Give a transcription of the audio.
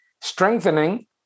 strengthening